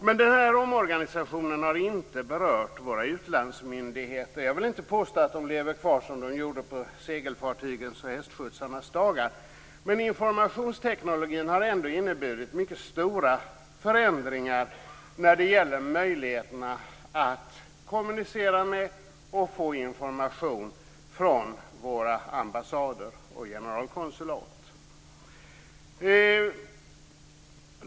Men omorganisationen har inte berört våra utlandsmyndigheter. Jag vill inte påstå att de lever kvar som man gjorde på segelfartygens hästskjutsarnas tid, men informationstekniken har ändå inneburit mycket stora förändringar när det gäller möjligheterna att kommunicera med och få information från våra ambassader och generalkonsulat.